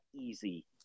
easy